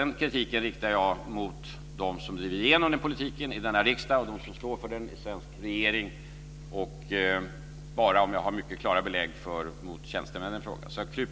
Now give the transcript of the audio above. Den kritiken riktar jag mot dem som driver igenom den politiken i denna riksdag och mot dem som står för den i den svenska regeringen. Bara om jag har mycket klara belägg riktar jag den mot tjänstemännen i fråga.